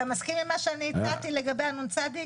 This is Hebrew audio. אתה מסכים עם מה שאני הצעתי לגבי הנ"צ?